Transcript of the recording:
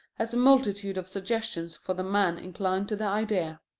has a multitude of suggestions for the man inclined to the idea.